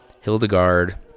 Hildegard